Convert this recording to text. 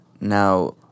Now